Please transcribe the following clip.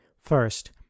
first